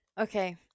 Okay